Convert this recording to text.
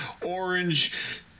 orange